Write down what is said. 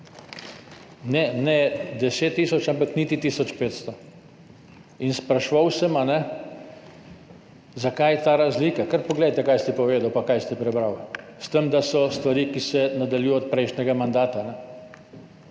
Ne 10 tisoč, ampak niti tisoč 500. In spraševal sem, zakaj je ta razlika. Kar poglejte, kaj ste povedali in kaj ste prebrali, s tem, da so stvari, ki se nadaljujejo od prejšnjega mandata.